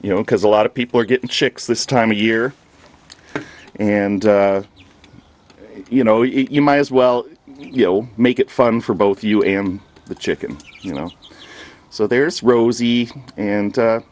you know because a lot of people are getting chicks this time of year and you know you might as well you know make it fun for both you and the chicken you know so there's rosie and